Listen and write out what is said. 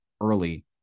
early